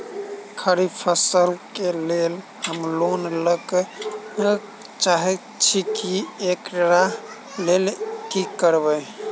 खरीफ फसल केँ लेल हम लोन लैके चाहै छी एकरा लेल की करबै?